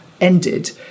ended